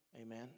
Amen